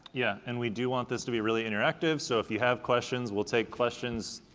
yeah, and we do want this to be really interactive, so if you have questions, we'll take questions,